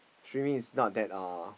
streaming is not that uh